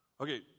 Okay